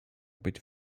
być